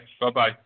bye-bye